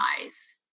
eyes